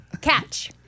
Catch